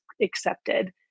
accepted